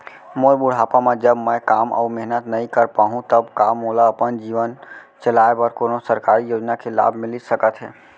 मोर बुढ़ापा मा जब मैं काम अऊ मेहनत नई कर पाहू तब का मोला अपन जीवन चलाए बर कोनो सरकारी योजना के लाभ मिलिस सकत हे?